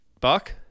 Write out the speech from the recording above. Buck